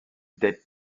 des